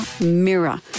Mirror